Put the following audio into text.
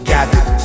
Gather